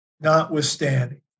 notwithstanding